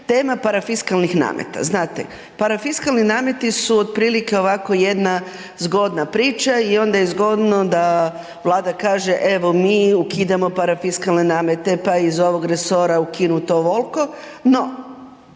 tema parafiskalnih nameta. Znate parafiskalni nameti su otprilike ovako jedna zgodna priča i onda je zgodno da Vlada kaže evo mi ukidamo parafiskalne namete pa je iz ovog resora ukinuto ovoliko. No,